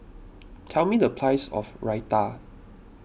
tell me the price of Raita